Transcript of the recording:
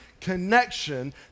connection